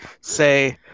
say